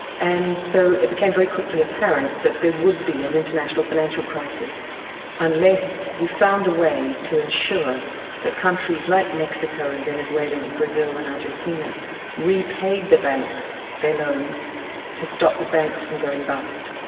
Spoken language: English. and so it became very quickly apparent that there would be an international financial crisis unless you found a way to ensure that countries like mexico and venezuela and brazil and argentina repaid the banks their loans to stop the banks from going bust.